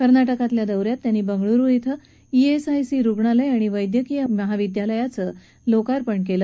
कर्नाटकातल्या दौ यात त्यांनी बंगळ्रु इथं ईएसआयसी रुगणालय आणि वद्व्यकीय महाविद्यालय देशाला अर्पण केलं